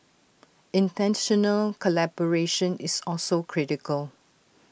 International collaboration is also critical